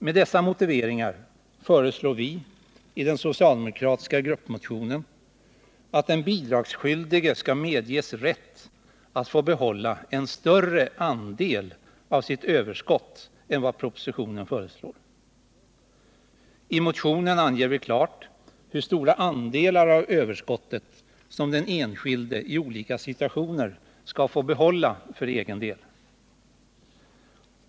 Med dessa motiveringar föreslår vi i den socialdemokratiska gruppmotionen att den bidragsskyldige skall medges rätt att få behålla en större andel av sitt överskott än vad som föreslås i propositionen. I motionen anger vi klart hur stora andelar av överskottet som den enskilde, i olika situationer, skall få behålla för egen del.